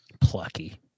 Plucky